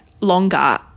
longer